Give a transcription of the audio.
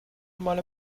normale